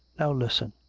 now listen.